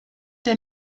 der